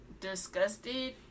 disgusted